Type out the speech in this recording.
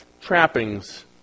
trappings